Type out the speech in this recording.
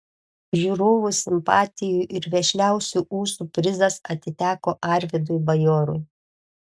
žiūrovų simpatijų ir vešliausių ūsų prizas atiteko arvydui bajorui